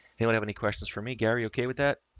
anyone have any questions for me, gary? okay. with that